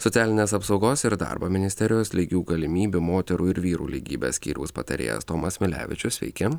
socialinės apsaugos ir darbo ministerijos lygių galimybių moterų ir vyrų lygybės skyriaus patarėjas tomas milevičius sveiki